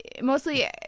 Mostly